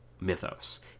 mythos